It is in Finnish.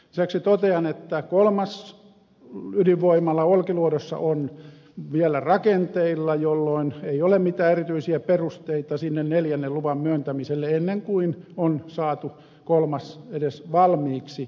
lisäksi totean että kolmas ydinvoimala olkiluodossa on vielä rakenteilla jolloin ei ole mitään erityisiä perusteita sinne neljännen luvan myöntämiselle ennen kuin on saatu kolmas edes valmiiksi